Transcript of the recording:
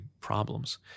problems